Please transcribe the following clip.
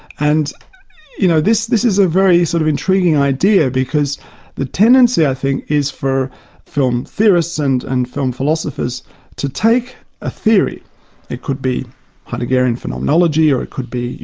and you know this this is very sort of intriguing idea because the tendency i think is for film theorists and and film philosophers to take a theory it could be heideggerian phenomenology, or it could be